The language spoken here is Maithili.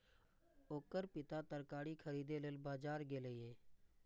ओकर पिता तरकारी खरीदै लेल बाजार गेलैए